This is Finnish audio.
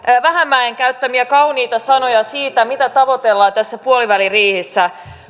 vähämäen käyttämiä kauniita sanoja siitä mitä tavoitellaan tässä puoliväliriihessä